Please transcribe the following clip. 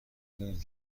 دارید